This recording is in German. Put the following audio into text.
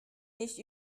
nicht